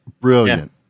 brilliant